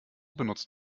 benutzt